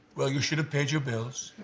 well you should have paid your bills.